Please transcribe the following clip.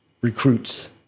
recruits